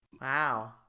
Wow